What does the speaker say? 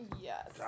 Yes